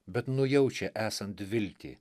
bet nujaučia esant viltį